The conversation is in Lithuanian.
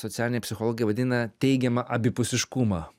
socialiniai psichologai vadina teigiamą abipusiškumą